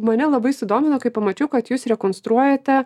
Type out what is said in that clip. mane labai sudomino kai pamačiau kad jūs rekonstruojate